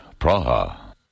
Praha